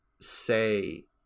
say